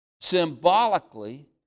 symbolically